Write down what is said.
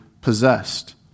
possessed